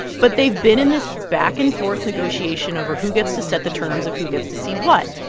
but they've been in this back-and-forth negotiation over who gets to set the terms of who gets to see what.